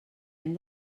hem